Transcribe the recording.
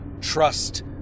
trust